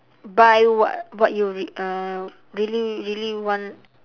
buy what what you rea~ uh really really want